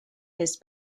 his